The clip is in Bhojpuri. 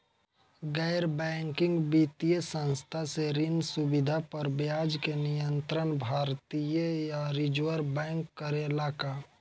गैर बैंकिंग वित्तीय संस्था से ऋण सुविधा पर ब्याज के नियंत्रण भारती य रिजर्व बैंक करे ला का?